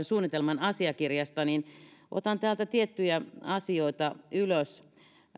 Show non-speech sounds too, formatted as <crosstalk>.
<unintelligible> suunnitelman asiakirjasta otan tiettyjä asioita ylös